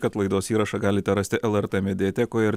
kad laidos įrašą galite rasti lrt mediatekoje ir